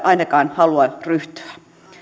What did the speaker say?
ainakaan halua ryhtyä